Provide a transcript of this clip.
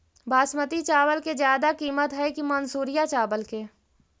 बासमती चावल के ज्यादा किमत है कि मनसुरिया चावल के?